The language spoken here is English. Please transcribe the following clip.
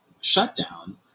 shutdown